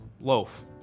loaf